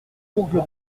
fougue